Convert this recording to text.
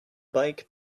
bike